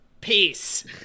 Peace